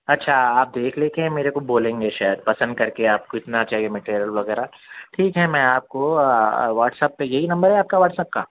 اچھا آپ دیکھ لیں کہ میرے کو بولیں گے شاید پسند کر کے آپ کو اتنا چاہیے مٹیریل وغیرہ ٹھیک ہے میں آپ کو واٹس ایپ پہ یہی نمبر ہے آپ کا واٹس ایپ کا